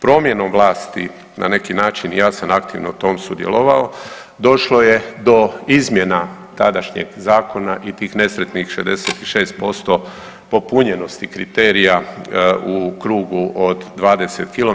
Promjenom vlasti na neki način i ja sam aktivno u tom sudjelovao došlo je do izmjena tadašnjeg zakona i tih nesretnih 66% popunjenosti kriterija u krugu od 20 km.